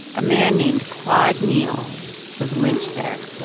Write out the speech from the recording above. a man named claude neal was lynched there.